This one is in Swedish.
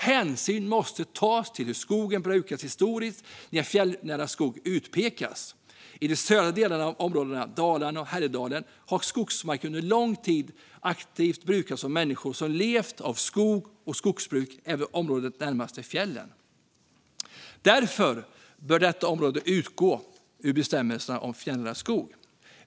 Hänsyn måste tas till hur skogen brukats historiskt när fjällnära skog utpekas. I de södra delarna av området, Dalarna och Härjedalen, har skogsmarker under lång tid aktivt brukats av människor som levt av jord och skogsbruk även i området närmast fjällen. Därför bör detta område utgå ur bestämmelserna om fjällnära skog.